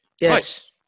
Yes